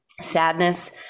sadness